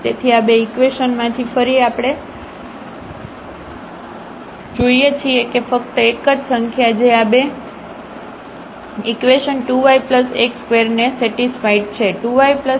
તેથી આ બે ઇકવેશન માંથી ફરી આપણે જોઈએ છીએ કે ફક્ત એક જ સંખ્યા જે આ બે ઇકવેશન 2 yx2 ને સેટિસ્ફાઇડ છે